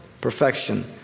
Perfection